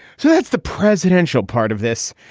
so that's the presidential part of this.